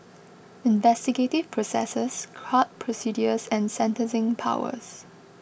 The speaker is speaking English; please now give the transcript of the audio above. investigative processes court procedures and sentencing powers